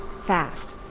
fast.